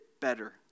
better